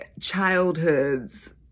childhoods